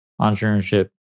entrepreneurship